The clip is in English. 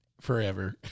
forever